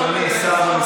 אתה יודע מה?